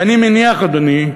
ואני מניח, אדוני,